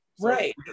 Right